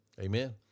Amen